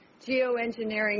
geoengineering